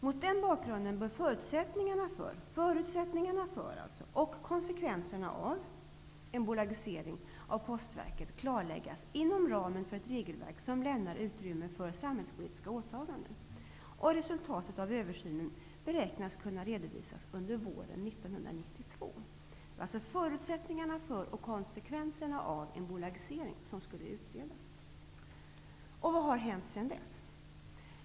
Mot den bakgrunden bör förutsättningarna för och konsekvenserna av en bolagisering av Postverket klarläggas inom ramen för ett regelverk som lämnar utrymme för samhällspolitiska åtaganden. Resultatet av översynen beräknas kunna redovisas under våren Det var alltså förutsättningar för och konsekvenserna av en bolagisering som skulle utredas. Vad har hänt sedan dess?